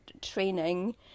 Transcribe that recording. training